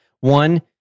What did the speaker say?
One